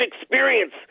experience